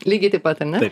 lygiai taip pat ane